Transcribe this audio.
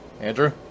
Andrew